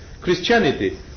Christianity